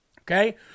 Okay